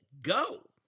go